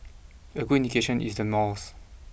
a good indication is the malls